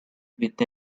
with